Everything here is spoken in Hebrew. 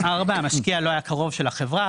המשקיע לא היה קרוב של החברה,